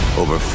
over